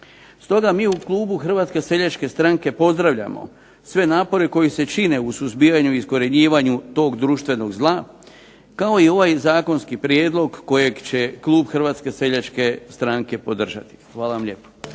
Stoga mi u klubu Hrvatske seljačke stranke pozdravljamo sve napore koji se čine u suzbijanju i iskorjenjivanju tog društvenog zla, kao i ovaj zakonski prijedlog kojeg će klub Hrvatske seljačke stranke podržati. Hvala vam lijepo.